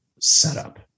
Setup